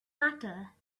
matter